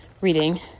reading